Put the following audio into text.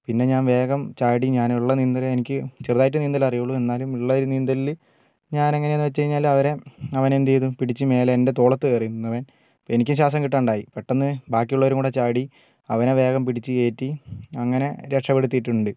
പിന്നെ ഞാന് വേഗം ചാടി ഞാൻ ഉള്ള നീന്തൽ എനിക്ക് ചെറുതായിട്ട് അറിയുള്ളു എന്നാലും ഉള്ള ഒരു നീന്തലിൽ ഞാന് എങ്ങനേന്നു വെച്ച് കഴിഞ്ഞാല് ഞാന് അവനെ എന്തു ചെയ്യ്തു പിടിച്ചു എന്റെ തോള്ളത് കയറിനിന്നു എനിക്ക് ശ്വാസം കിട്ടാണ്ടായി പെട്ടെന്ന് ബാക്കിയുള്ളവരും കൂടെ ചാടി അവനെ വേഗം പിടിച്ചുകയറ്റി അങ്ങനെ രക്ഷപെട്ടുത്തിട്ടുണ്ട്